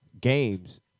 Games